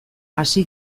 hasi